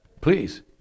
Please